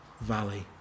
valley